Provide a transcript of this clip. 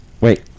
wait